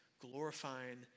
glorifying